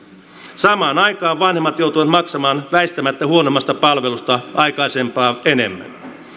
samaan aikaan vanhemmat joutuvat maksamaan väistämättä huonommasta palvelusta aikaisempaa enemmän